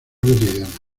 cotidiana